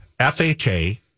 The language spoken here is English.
FHA